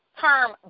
term